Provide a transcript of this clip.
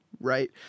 right